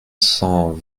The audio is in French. cent